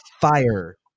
fire